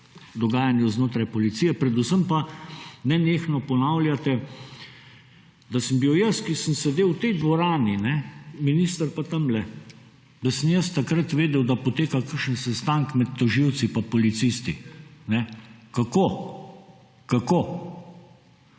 dogajanju znotraj policije, predvsem pa, nenehno ponavljate, da sem bil jaz, ki sem sedel v tej dvorani, minister pa tamle, da sem jaz takrat vedel, da poteka kakšen sestanek med tožilci pa policisti. Kako? Kako?